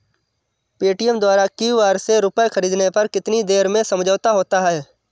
Paytm द्वारा QR से रूपए ख़रीदने पर कितनी देर में समझौता होता है?